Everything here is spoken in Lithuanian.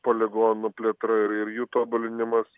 poligonų plėtra ir ir jų tobulinimas